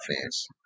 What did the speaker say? fans